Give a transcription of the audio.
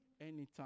Anytime